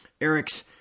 Eric's